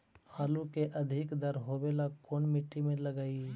आलू के अधिक दर होवे ला कोन मट्टी में लगीईऐ?